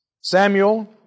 Samuel